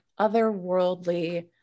otherworldly